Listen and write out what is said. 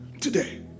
today